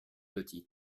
loties